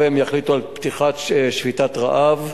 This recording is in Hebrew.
אם הם יחליטו על פתיחה בשביתת רעב,